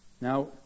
Now